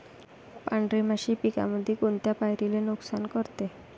पांढरी माशी पिकामंदी कोनत्या पायरीले नुकसान करते?